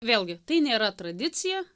vėlgi tai nėra tradicija